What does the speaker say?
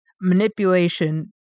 manipulation